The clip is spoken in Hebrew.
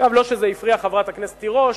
עכשיו, לא שזה הפריע, חברת הכנסת תירוש,